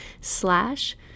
slash